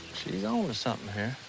she's onto something here.